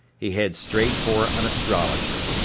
he heads straight for an astrologer.